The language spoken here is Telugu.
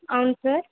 అవును సార్